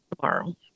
tomorrow